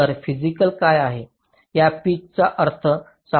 तर फिसिकल काय आहे आपण पिच चा अर्थ सांगू शकता